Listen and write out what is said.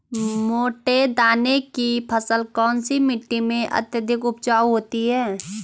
मोटे दाने की फसल कौन सी मिट्टी में अत्यधिक उपजाऊ होती है?